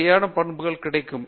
சரியான பண்புகள் கிடைக்கும்